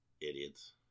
Idiots